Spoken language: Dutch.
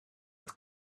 het